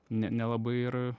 ne nelabai ir